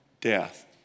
death